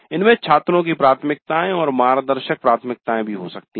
इनमे छात्रों की प्रथमिकताये और मार्गदर्शक प्राथमिकताएँ भी हो सकती हैं